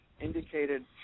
indicated